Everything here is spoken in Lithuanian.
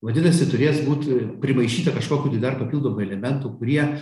vadinasi turės būt primaišyta kažkokių tai dar papildomų elementų kurie